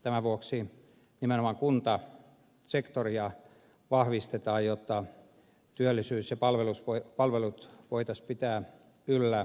tämän vuoksi nimenomaan kuntasektoria vahvistetaan jotta työllisyys ja palvelut voitaisiin pitää yllä